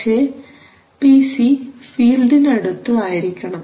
പക്ഷേ P C ഫീൽഡിന് അടുത്ത് ആയിരിക്കണം